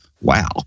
wow